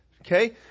Okay